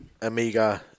Amiga